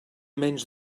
menys